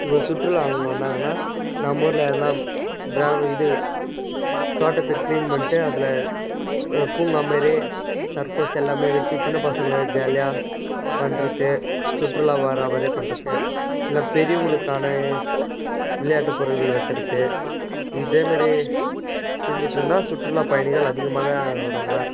இப்போ சுற்றுலா அவங்க வந்தாங்கன்னா நம்ம ஊரில் எதுனா கிராமம் இது தோட்டத்தை க்ளீன் பண்ணிட்டு அதில் பூங்கா மாரி சர்கோஸ் எல்லாம் வச்சு சின்ன பசங்கள் ஜாலியாக பண்ணுறது சுற்றலா வர மாதிரியே பண்ணுறது இல்லை பெரியவங்களுக்கான விளையாட்டு பொருள்கள் வைக்கிறது இதே மாரி செஞ்சிட்டுருந்தா சுற்றுலா பயணிகள் அதிகமாக வருவாங்க